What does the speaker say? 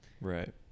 Right